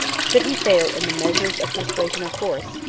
should he fail in the measures of persuasion or force,